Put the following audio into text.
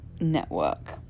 network